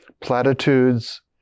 platitudes